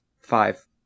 five